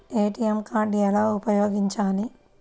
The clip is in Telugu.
ఏ.టీ.ఎం కార్డు ఎలా ఉపయోగించాలి?